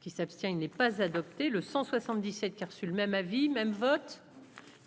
Qui s'abstient, il n'est pas adopté le 177 qui a reçu le même avis même vote